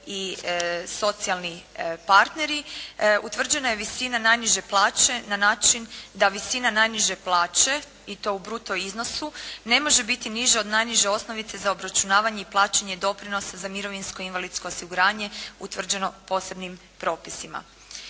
i socijalni partneri, utvrđena je visina najniže plaće na način da visina najniže plaće, i to u bruto iznosu, ne može biti niža od najniže osnovice za obračunavanje i plaćanje doprinosa za mirovinsko i invalidsko osiguranje utvrđeno posebnim propisima.